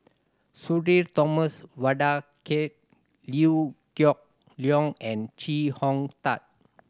Sudhir Thomas Vadaketh Liew Geok Leong and Chee Hong Tat